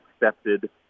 accepted